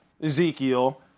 Ezekiel